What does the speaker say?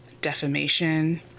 defamation